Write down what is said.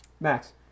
Max